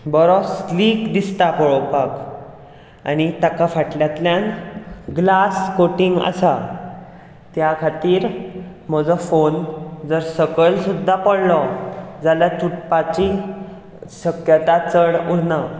बरो स्लीक दिसता पळोवपाक आनी ताका फाटल्यांतल्यान ग्लास कोटींग आसा त्या खातीर म्हजो फोन जर सकयल सुद्दां पडलो जाल्यार तुटपाची शक्यता चड उरना